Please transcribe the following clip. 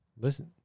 Listen